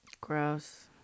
Gross